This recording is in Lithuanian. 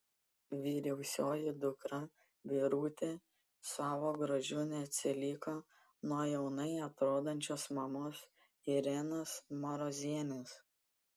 vyriausioji dukra birutė savo grožiu neatsiliko nuo jaunai atrodančios mamos irenos marozienės